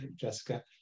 Jessica